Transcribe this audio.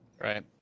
right